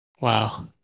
Wow